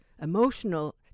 emotional